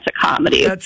comedy